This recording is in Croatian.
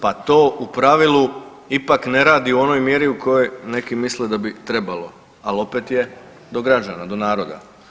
Pa to u pravilu ipak ne radi u onoj mjeri u kojoj neki misle da bi trebalo, al opet je do građana, do naroda.